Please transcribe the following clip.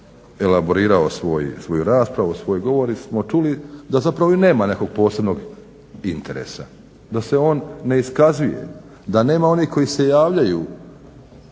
kada je elaborirao svoju raspravu, svoj govor smo čuli da zapravo i nema nekog posebnog interesa, da se on ne iskazuje, da nema onih koji se javljaju